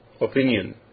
opinion